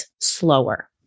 slower